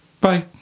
Bye